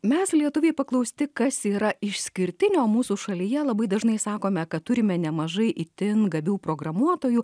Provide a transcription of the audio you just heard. mes lietuviai paklausti kas yra išskirtinio mūsų šalyje labai dažnai sakome kad turime nemažai itin gabių programuotojų